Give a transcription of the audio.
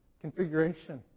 configuration